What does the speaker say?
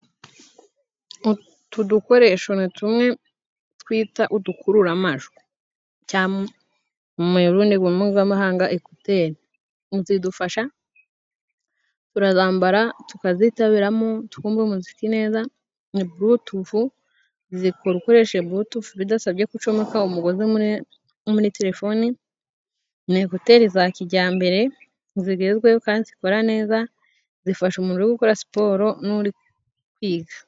Utu dukoresho ni tumwe twita udukururamajwi. Cyangwa mu rurimi rw'amahanga ekuteri. Mu zidufasha turazambara, tukazitabiramo, tukumva umuziki neza, ni burutufu zikora ukoresheje burutufu bidasabye gucomeka umugozi muri telefoni. Ni ekuteri za kijyambere, zigezweho kandi zikora neza zifasha umuntu uri gukora siporo n'uri kwiga.